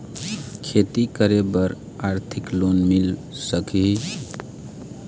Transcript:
खेती करे बर आरथिक लोन मिल सकही?